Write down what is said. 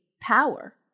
power